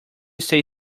stay